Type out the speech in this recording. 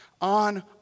On